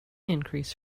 increase